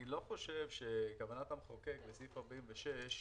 אני לא חושב שכוונת המחוקק בסעיף 46,